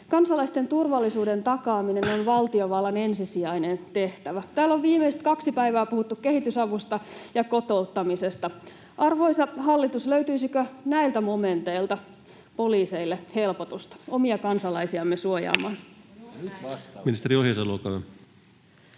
Kansalaisten turvallisuuden takaaminen on valtiovallan ensisijainen tehtävä. [Perussuomalaisten ryhmästä: Pitäisi olla!] Täällä on viimeiset kaksi päivää puhuttu kehitysavusta ja kotouttamisesta. Arvoisa hallitus, löytyisikö näiltä momenteilta poliiseille helpotusta omia kansalaisiamme